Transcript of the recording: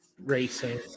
racing